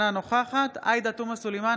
אינה נוכחת עאידה תומא סלימאן,